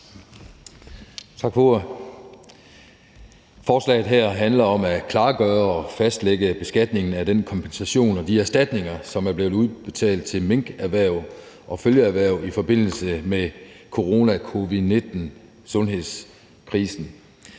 Tak for ordet. Forslaget her handler om at klargøre og fastlægge beskatningen af den kompensation og de erstatninger, som er blevet udbetalt til minkerhverv og følgeerhverv i forbindelse med covid-19-sundhedskrisen.